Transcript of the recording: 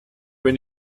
bin